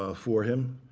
ah for him,